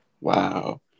Wow